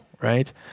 right